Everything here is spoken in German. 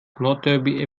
nordderby